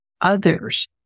others